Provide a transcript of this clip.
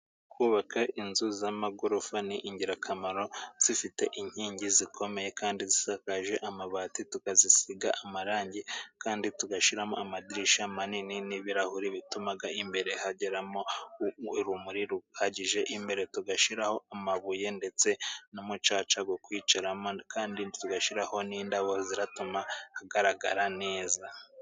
Kubaka inzu z'amagorofa ni ingirakamaro, zifite inkingi zikomeye kandi zisakaje amabati tukazisiga amarangi kandi tugashyiramo amadirishya manini n'ibirahuri bituma imbere hageramo urumuri ruhagije, imbere tugashyiraho amabuye ndetse n'umucaca wo kwicaraho kandi tugashyiraho n'indabo ziratuma hagaragara neza.